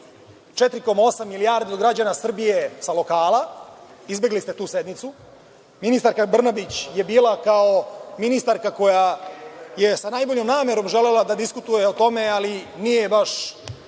4,8 milijardi od građana Srbije sa lokala, izbegli ste tu sednicu. Ministarka Brnabić je bila kao ministarka koja je sa najboljom namerom želela da diskutuje o tome, ali nije baš